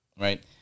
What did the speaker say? right